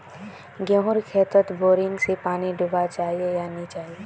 गेँहूर खेतोत बोरिंग से पानी दुबा चही या नी चही?